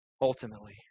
ultimately